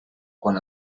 quan